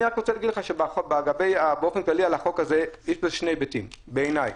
אני רוצה להגיד לך שבאופן כללי בחוק הזה יש שני היבטים בעיני,